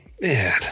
Man